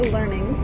Learning